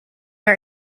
are